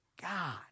God